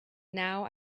now